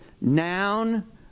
Noun